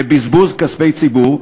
לבזבוז כספי ציבור.